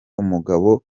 umugabo